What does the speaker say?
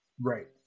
Right